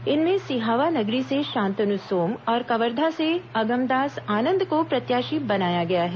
इनमें सिहावा नगरी से शांतनू सोम और कवर्धा से अगमदास आनंद को प्रत्याशी बनाया गया है